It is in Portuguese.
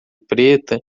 preta